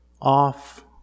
off